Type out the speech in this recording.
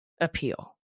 appeal